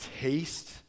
taste